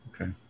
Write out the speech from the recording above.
Okay